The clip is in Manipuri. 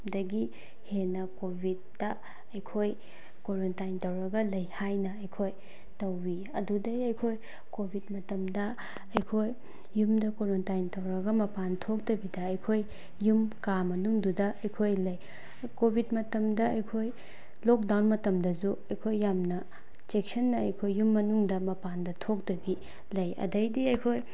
ꯗꯒꯤ ꯍꯦꯟꯅ ꯀꯣꯚꯤꯠꯇ ꯑꯩꯈꯣꯏ ꯀꯣꯔꯟꯇꯥꯏꯟ ꯇꯧꯔꯒ ꯂꯩ ꯍꯥꯏꯅ ꯑꯩꯈꯣꯏ ꯇꯧꯏ ꯑꯗꯨꯗꯩ ꯑꯩꯈꯣꯏ ꯀꯣꯚꯤꯠ ꯃꯇꯝꯗ ꯑꯩꯈꯣꯏ ꯌꯨꯝꯗ ꯀꯣꯔꯟꯇꯥꯏꯟ ꯇꯧꯔꯒ ꯃꯄꯥꯟ ꯊꯣꯛꯇꯕꯤꯗ ꯑꯩꯈꯣꯏ ꯌꯨꯝ ꯀꯥ ꯃꯅꯨꯡꯗꯨꯗ ꯑꯩꯈꯣꯏ ꯂꯩ ꯀꯣꯚꯤꯠ ꯃꯇꯝꯗ ꯑꯩꯈꯣꯏ ꯂꯣꯛꯗꯥꯎꯟ ꯃꯇꯝꯗꯁꯨ ꯑꯩꯈꯣꯏ ꯌꯥꯝꯅ ꯆꯦꯛꯁꯤꯟꯅ ꯑꯩꯈꯣꯏ ꯌꯨꯝ ꯃꯅꯨꯡꯗ ꯃꯄꯥꯟꯗ ꯊꯣꯛꯇꯕꯤ ꯂꯩ ꯑꯗꯩꯗꯤ ꯑꯈꯣꯏ